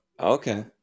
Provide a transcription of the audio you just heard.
Okay